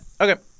Okay